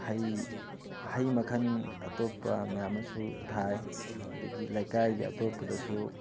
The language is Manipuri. ꯍꯩ ꯍꯩ ꯃꯈꯜ ꯑꯇꯣꯞꯄ ꯃꯌꯥꯝ ꯑꯃꯁꯨ ꯊꯥꯏ ꯑꯗꯒꯤ ꯂꯩꯀꯥꯏꯒꯤ ꯑꯇꯣꯞꯄꯗꯁꯨ